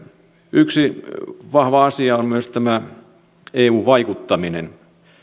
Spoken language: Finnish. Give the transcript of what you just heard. yksi vahva asia on myös tämä eu vaikuttaminen